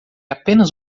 apenas